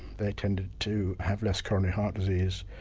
they tended to have less coronary heart disease,